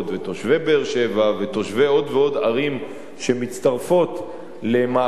תושבי באר-שבע ותושבי עוד ועוד ערים שמצטרפות למעגל